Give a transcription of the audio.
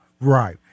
right